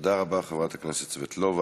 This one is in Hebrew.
תודה רבה, חברת הכנסת סבטלובה.